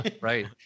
right